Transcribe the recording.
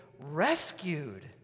rescued